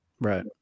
right